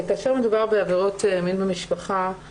כאשר מדובר בעבירות מין במשפחה,